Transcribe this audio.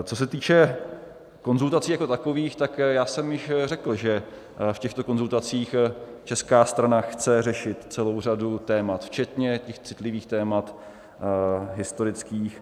Co se týče konzultací jako takových, tak jsem řekl, že v těchto konzultacích česká strana chce řešit celou řadu témat včetně těch citlivých témat historických.